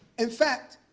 in fact,